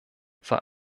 sah